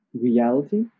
reality